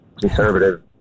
conservative